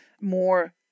more